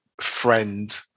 friend